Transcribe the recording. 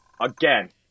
again